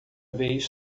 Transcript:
vez